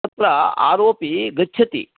तत्र आरोपी गच्छति